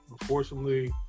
Unfortunately